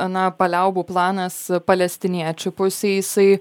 na paliaubų planas palestiniečių pusei jisai